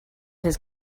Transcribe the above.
his